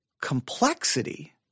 complexity